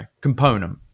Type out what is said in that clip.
component